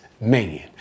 man